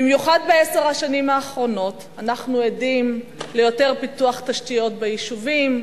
במיוחד בעשר השנים האחרונות אנחנו עדים ליותר פיתוח תשתיות ביישובים,